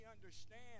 understand